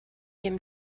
him